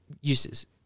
uses